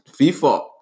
FIFA